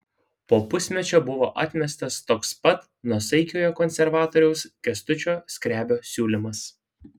po pusmečio buvo atmestas toks pat nuosaikiojo konservatoriaus kęstučio skrebio siūlymas